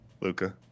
Luca